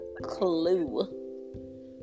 clue